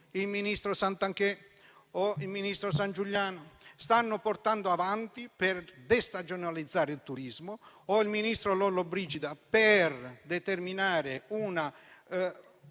il ministro Santanchè e il ministro Sangiuliano stanno portando avanti per destagionalizzare il turismo o che il ministro Lollobrigida sta portando avanti